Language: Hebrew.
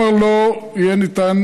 בלעדיו לא ניתן